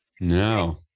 No